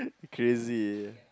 you crazy